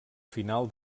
final